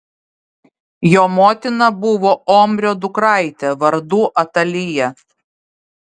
jo motina buvo omrio dukraitė vardu atalija